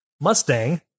Mustang